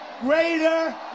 greater